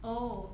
oh